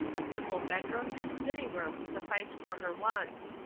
a simple bedroom and sitting-room sufficed for her wants.